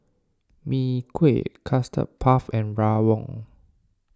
Mee Kuah Custard Puff and Rawon